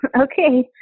Okay